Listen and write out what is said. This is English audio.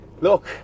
Look